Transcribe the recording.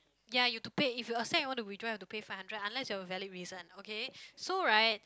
ya you've to pay if you accept you want to withdraw you've to pay five hundred unless you've valid reason okay so right